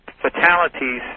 fatalities